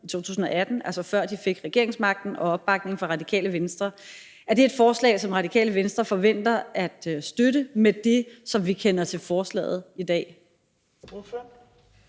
i 2018, altså før de fik regeringsmagten og opbakning fra Radikale Venstre. Er det et forslag, som Radikale Venstre forventer at støtte, altså med det, som vi kender til forslaget i dag?